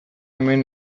hemen